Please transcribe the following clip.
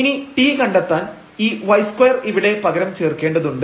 ഇനി t കണ്ടെത്താൻ ഈ y2 ഇവിടെ പകരം ചേർക്കേണ്ടതുണ്ട്